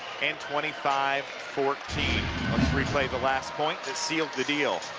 and twenty five fourteen. let's replay the last point thatsealed the deal.